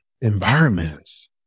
environments